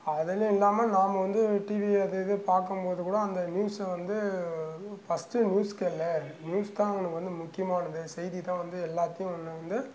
அதுலேயும் இல்லாமல் நாம் வந்து டிவி அது இது பார்க்கும்போது கூட அந்த நியூஸை வந்து ஃபர்ஸ்டு நியூஸ் கேளு நியூஸ் தான் உனக்கு வந்து முக்கியமானது செய்தி தான் வந்து எல்லாத்தையும் உன்னை வந்து